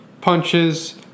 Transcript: punches